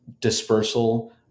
dispersal